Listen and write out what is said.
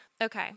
Okay